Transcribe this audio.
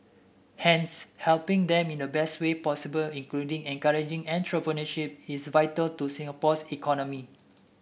hence helping them in the best way possible including encouraging entrepreneurship is vital to Singapore's economy